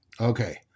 Okay